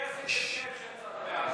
עם מי עשית הסכם כשיצאת מעזה?